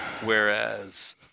Whereas